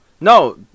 No